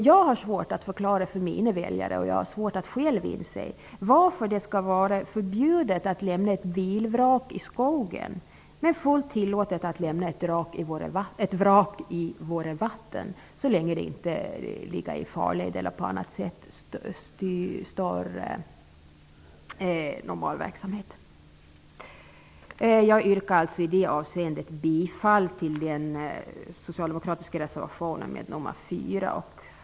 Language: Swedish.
Jag har svårt att förklara för mina väljare och jag har själv svårt att inse varför det skall vara förbjudet att lämna ett bilvrak i skogen men vara fullt tillåtet att lämna ett vrak i våra vatten så länge det inte ligger i en farled eller på annat sätt stör normal verksamhet. Jag yrkar bifall till den socialdemokratiska reservationen nr 4.